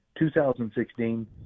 2016